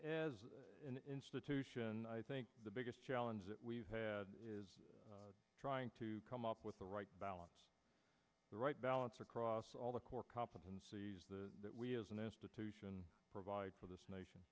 as an institution i think the biggest challenge that we've had is trying to come up with the right balance the right balance across all the core competencies the that we as an institution provide for this nation